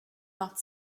not